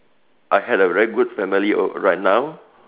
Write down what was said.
I had a very good family right now